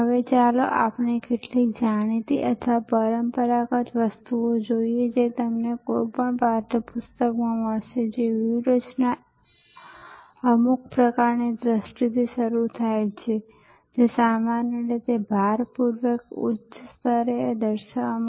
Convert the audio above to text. તેથી હું વાસ્તવમાં વેબ પર ચેક ઇન કરી શકતો હતો હું મારા કમ્પ્યુટરથી મારો બોર્ડિંગ પાસ છાપ કરી શકતો હતો મને મારા સ્માર્ટ ફોન પર બોર્ડિંગ કાર્ડનની ખાતરી અથવા દૃશ્ય મળ્યું હતું જે સ્વીકાર્ય હતું એરપોર્ટ પર આ બધુ સંપૂર્ણપણે સ્વીકાર્ય હતું